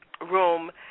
room